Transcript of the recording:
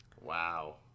Wow